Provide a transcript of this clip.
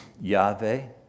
Yahweh